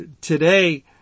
Today